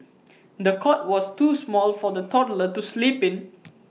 the cot was too small for the toddler to sleep in